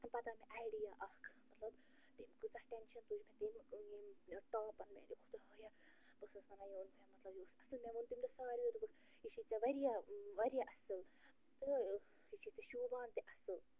پتہٕ آو مےٚ اَیڈِیا اکھ مطلب تیٚمۍ کۭژاہ ٹٮ۪نشن تُج مےٚ تٔمۍ ییٚمۍ ٹاپن میٛانہِ خۄدایا بہٕ ٲسٕس وَنان یہِ اوٚن مےٚ مطلب یہِ اوس اصٕل مےٚ ووٚن تَمہِ دۄہ ساروِیو دوٚپُکھ یہِ چھی ژےٚ وارِیاہ وارِیاہ اصٕل تہٕ یہِ چھُے ژےٚ شوٗبان تہِ اصٕل